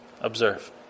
Observe